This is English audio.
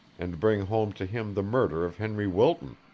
and bring home to him the murder of henry wilton?